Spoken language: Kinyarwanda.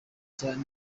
cyane